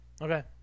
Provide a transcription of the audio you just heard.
Okay